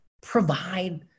provide